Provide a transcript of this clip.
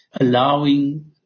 allowing